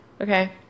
Okay